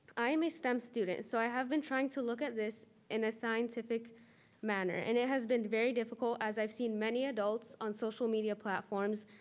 i am a stem student. so i have been trying to look at this in a scientific manner. and it has been very difficult as i've seen many adults on social media platforms,